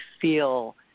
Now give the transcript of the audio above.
feel